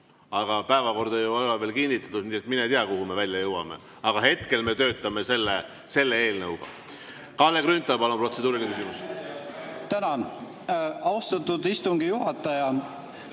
Aga päevakorda ei ole ju veel kinnitatud, nii et mine tea, kuhu me välja jõuame. Aga hetkel me töötame selle [teemaga]. Kalle Grünthal, palun, protseduuriline küsimus! Tänan, austatud istungi juhataja!